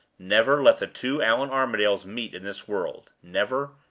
never let the two allan armadales meet in this world never,